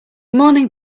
morning